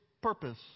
purpose